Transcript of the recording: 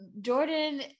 jordan